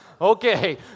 okay